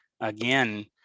again